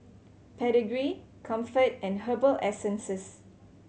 Pedigree Comfort and Herbal Essences